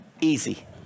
Easy